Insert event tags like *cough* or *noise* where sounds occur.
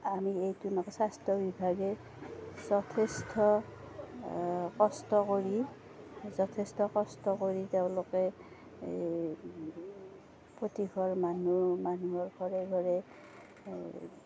আমি এইটো *unintelligible* স্বাস্থ্য বিভাগে যথেষ্ট কষ্ট কৰি যথেষ্ট কষ্ট কৰি তেওঁলোকে এই প্ৰতিঘৰ মানুহ মানুহৰ ঘৰে ঘৰে